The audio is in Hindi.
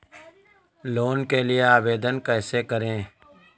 लोन के लिए आवेदन कैसे करें?